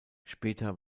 später